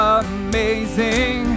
amazing